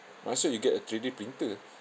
might as well you get a three D printer